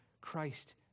Christ